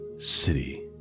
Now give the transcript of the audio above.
City